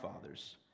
fathers